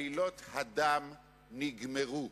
עלילות הדם נגמרו,